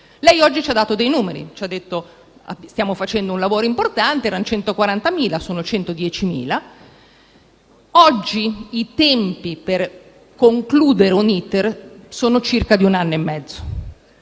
Lei oggi ci ha dato dei numeri e ci ha detto che state facendo un lavoro importante: erano 140.000, ora sono 110.000. Oggi i tempi per concludere un *iter* sono circa di un anno e mezzo.